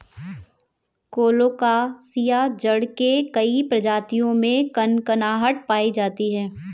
colocasia जड़ के कई प्रजातियों में कनकनाहट पायी जाती है